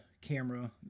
camera